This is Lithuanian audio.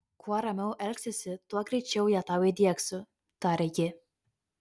kuo ramiau elgsiesi tuo greičiau ją tau įdiegsiu taria ji